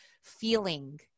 feeling